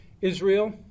Israel